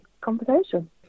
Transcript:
conversation